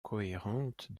cohérente